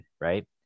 right